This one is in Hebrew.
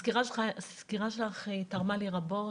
הסקירה שלך תרמה לי רבות,